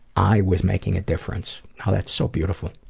i was making a difference. ah that's so beautiful.